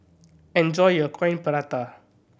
enjoy your Coin Prata